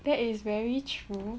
that is very true